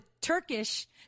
Turkish